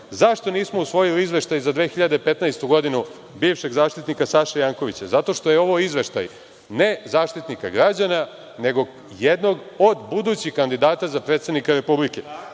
nismo usvojili izveštaj za 2015. godinu bivšeg Zaštitnika Saše Jankovića? Zato što je ovo izveštaj ne Zaštitnika građana, nego jednog od budućih kandidata za predsednika Republike.